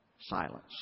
silence